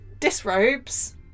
disrobes